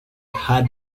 hard